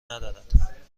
ندارد